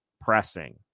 pressing